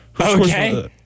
Okay